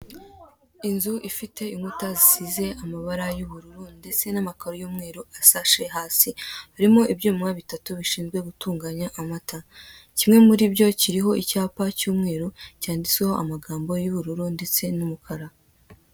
Inzu ifite inkuta zisize amabara y'ubururu, ndetse n'amakaro y'umweru asashe hasi, irimo ibyuma bitatu bishinzwe gutunganya amata, kimwe muri byo kiriho icyapa cy'umweru cyanditseho amagambo y'ubururu ndetse n'umukara.